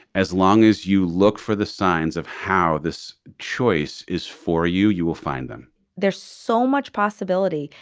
as long as you look for the signs of how this choice is for you, you will find them there's so much possibility.